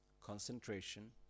concentration